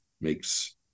makes